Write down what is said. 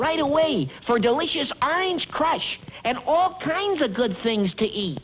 right away for a delicious i know crash and all kinds of good things to eat